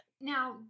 Now